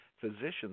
Physicians